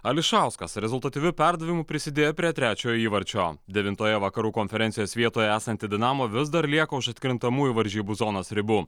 ališauskas rezultatyviu perdavimu prisidėjo prie trečiojo įvarčio devintoje vakarų konferencijos vietoje esanti dinamo vis dar lieka už atkrintamųjų varžybų zonos ribų